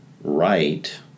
right